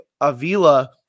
Avila